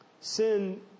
Sin